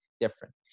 different